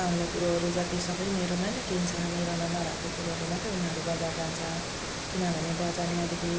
पाउने कुरोहरू जति सबै मेरोमा नै किन्छ मेरोमा नभएको कुरोहरू मात्रै उनीहरू बजार जान्छ किन भने बजार यहाँदेखि